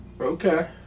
Okay